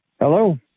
Hello